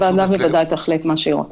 הוועדה בוודאי תחליט מה שהיא רוצה.